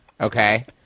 Okay